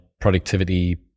productivity